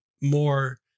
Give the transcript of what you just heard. more